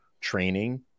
training